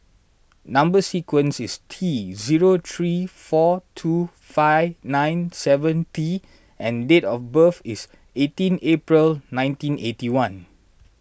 Number Sequence is T zero three four two five nine seven T and date of birth is eighteen April nineteen eighty one